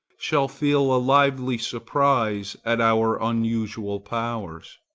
shall feel a lively surprise at our unusual powers.